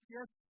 Yes